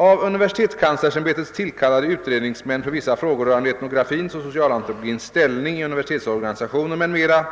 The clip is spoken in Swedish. Av universitetskanslersämbetet = tillkallade utredningsmän för vissa frågor rörande etnografins och socialantropologins ställning i universitetsorganisationen m.m.